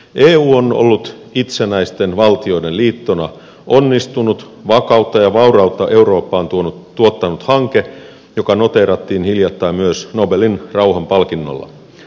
eu on ollut itsenäisten valtioiden liittona onnistunut vakautta ja vaurautta eurooppaan tuottanut hanke joka noteerattiin hiljattain myös nobelin rauhanpalkinnolla